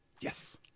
Yes